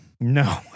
No